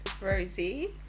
Rosie